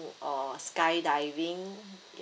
or skydiving